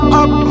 up